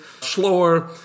slower